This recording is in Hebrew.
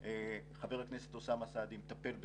חבר הכנסת אוסאמה סעדי מטפל בזה,